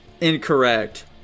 Incorrect